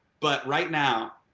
but right now,